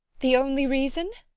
the only reason?